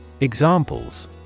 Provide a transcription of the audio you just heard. Examples